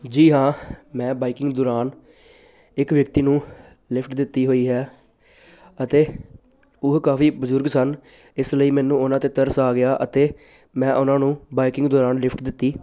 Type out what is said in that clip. ਜੀ ਹਾਂ ਮੈਂ ਬਾਈਕਿੰਗ ਦੌਰਾਨ ਇੱਕ ਵਿਅਕਤੀ ਨੂੰ ਲਿਫਟ ਦਿੱਤੀ ਹੋਈ ਹੈ ਅਤੇ ਉਹ ਕਾਫੀ ਬਜ਼ੁਰਗ ਸਨ ਇਸ ਲਈ ਮੈਨੂੰ ਉਹਨਾਂ ਤੇ ਤਰਸ ਆ ਗਿਆ ਅਤੇ ਮੈਂ ਉਹਨਾਂ ਨੂੰ ਬਾਈਕਿੰਗ ਦੌਰਾਨ ਲਿਫਟ ਦਿੱਤੀ